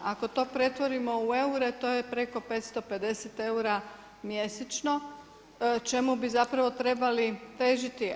Ako to pretvorimo u eure to je preko 550 eura mjesečno čemu bi zapravo trebali težiti.